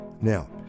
Now